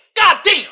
Goddamn